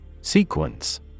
Sequence